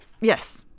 Yes